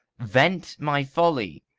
vent my folly!